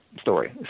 story